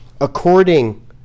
according